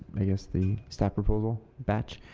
i guess the staff proposal batch.